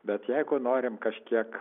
bet jeigu norim kažkiek